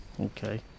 Okay